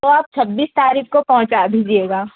तो आप छब्बीस तारीख को पहुँचा दीजिएगा